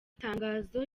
itangazo